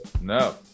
no